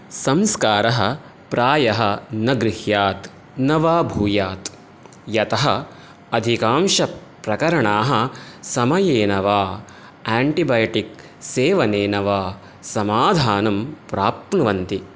संस्कारः प्रायः न गृह्यात् न वा भूयात् यतः अधिकांशप्रकरणाः समयेन वा एण्टिबयोटिक् सेवनेन वा समाधानं प्राप्नुवन्ति